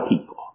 people